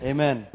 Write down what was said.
Amen